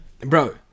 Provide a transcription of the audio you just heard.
bro